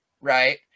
right